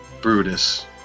Brutus